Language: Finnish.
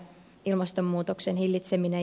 ilmastonmuutoksen hillitseminen